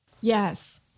yes